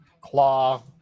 claw